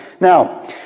Now